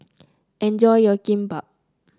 enjoy your Kimbap